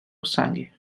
sangue